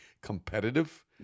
competitive